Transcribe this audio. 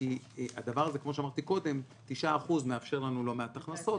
כי כמו שאמרתי קודם הדבר הזה מאפשר לנו לא מעט הכנסות.